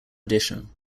addition